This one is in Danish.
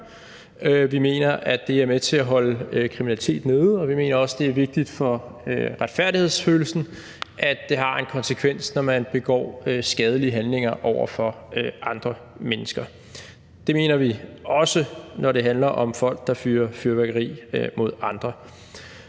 Vi mener, at det er med til at holde kriminaliteten nede, og vi mener også, at det er vigtigt for retfærdighedsfølelsen, at det har en konsekvens, når man begår skadelige handlinger over for andre mennesker. Det mener vi også, når det handler om folk, der fyrer fyrværkeri af mod andre.